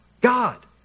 God